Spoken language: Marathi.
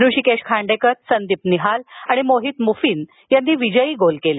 ऋषिकेश खांडेकर संदीप निहाल आणि मोहीत मुफीन यांनी विजयी गोल केले